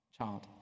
child